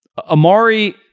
Amari